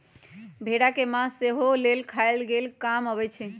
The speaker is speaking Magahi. भेड़ा के मास सेहो लेल खाय लेल काम अबइ छै